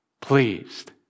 pleased